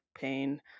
pain